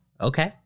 Okay